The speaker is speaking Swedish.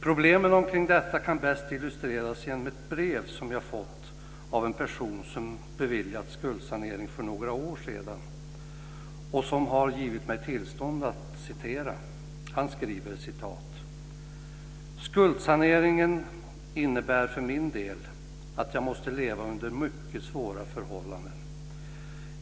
Problemen omkring detta kan bäst illustreras genom ett brev som jag har fått av en person som beviljades skuldsanering för några år sedan och som har gett mig tillstånd att citera hans brev. Han skriver: "Skuldsaneringen innebär för min del att jag måste leva under mycket svåra förhållanden.